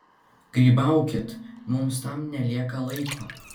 grybaukit mums tam nelieka laiko